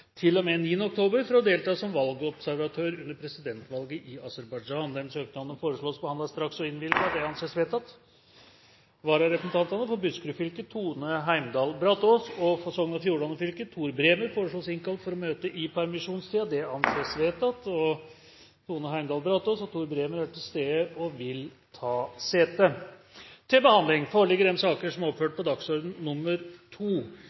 med 7. oktober til og med 9. oktober for å delta som valgobservatør under presidentvalget i Aserbajdsjan Etter forslag fra presidenten ble enstemmig besluttet: Søknadene behandles straks og innvilges. Følgende vararepresentanter innkalles for å møte i permisjonstiden: For Buskerud fylke: Tone Heimdal Brataas For Sogn og Fjordane fylke: Tor Bremer Tone Heimdal Brataas og Tor Bremer er til stede og vil ta sete. Retten til å avgi stemme basert på prinsippet om frie og hemmelige valg er